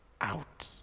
out